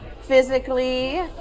physically